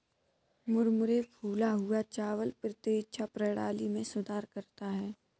मुरमुरे फूला हुआ चावल प्रतिरक्षा प्रणाली में सुधार करता है